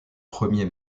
premier